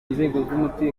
byarakaje